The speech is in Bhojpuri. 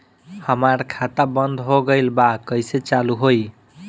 हमार खाता बंद हो गइल बा कइसे चालू होई?